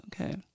okay